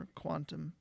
quantum